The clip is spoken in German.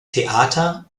theater